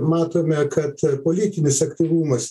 matome kad politinis aktyvumas